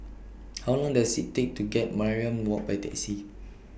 How Long Does IT Take to get to Mariam Walk By Taxi